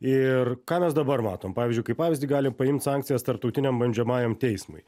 ir ką mes dabar matom pavyzdžiui kaip pavyzdį galim paimt sankcijas tarptautiniam baudžiamajam teismui